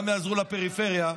גם יעזרו לפריפריה,